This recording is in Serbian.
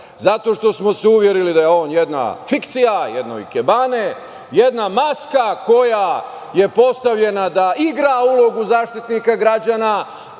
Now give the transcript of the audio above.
zato što smo se uverili da je on jedna fikcija, jedna ikebana, jedna maska koja je postavljena da igra ulogu Zaštitnika građana,